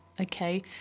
Okay